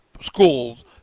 schools